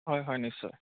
হয় হয় নিশ্চয়